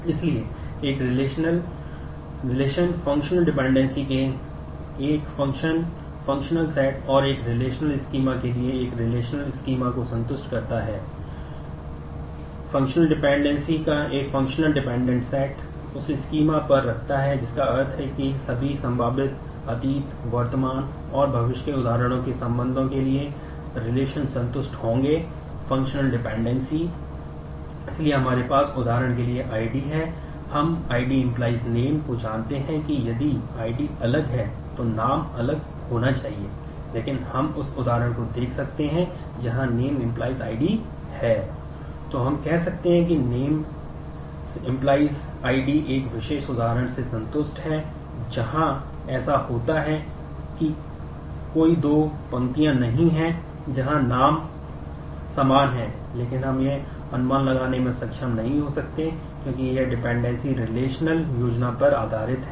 इसलिए एक रिलेशन पर मिलान न करने वाली विशिष्ट प्रविष्टियाँ हो सकती हैं